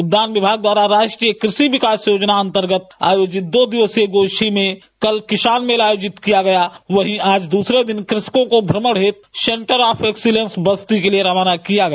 उद्यान विभाग द्वारा राष्ट्रीय कृषि विकास योजना अंतर्गत आयोजित दो दिवसीय गोष्ठी में कल किसान मेला आयोजन किया गया वहीं आज दूसरे दिन कृषकों को भ्रमण हेतु सेंटर आफ एक्सीलेंस बस्ती के लिए रवाना किया गया